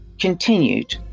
continued